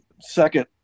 second